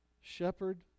Shepherd